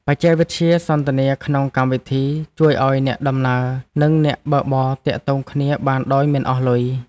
បច្ចេកវិទ្យាសន្ទនាក្នុងកម្មវិធី ជួយឱ្យអ្នកដំណើរ និងអ្នកបើកបរទាក់ទងគ្នាបានដោយមិនអស់លុយ។